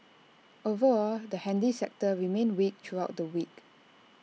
overall the handy sector remained weak throughout the week